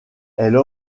elle